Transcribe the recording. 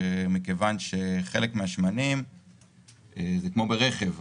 כיוון שחלק מהשמנים זה כמו ברכב.